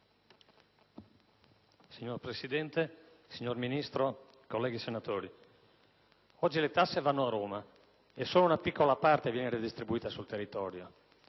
Signora Presidente, signor Ministro, colleghi senatori, oggi le tasse vanno a Roma e solo una piccola parte viene ridistribuita sul territorio.